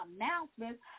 announcements